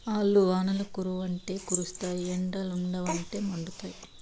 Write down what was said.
ఆల్లు వానలు కురవ్వంటే కురుస్తాయి ఎండలుండవంటే మండుతాయి